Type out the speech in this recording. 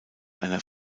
einer